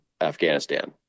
Afghanistan